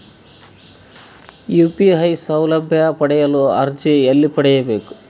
UPI ಸೌಲಭ್ಯ ಪಡೆಯಲು ಅರ್ಜಿ ಎಲ್ಲಿ ಪಡಿಬೇಕು?